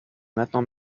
maintenant